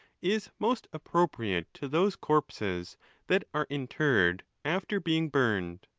is most appropriate to those corpses that are interred after being burned.